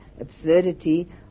absurdity